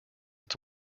its